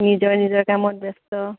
নিজৰ নিজৰ কামত ব্যস্ত